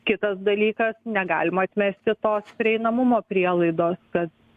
kitas dalykas negalima atmesti tos prieinamumo prielaidos kad